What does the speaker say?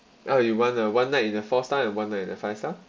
oh you want uh one night in the four star and one night in the five star